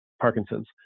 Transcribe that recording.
Parkinson's